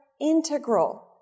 integral